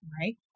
right